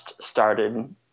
started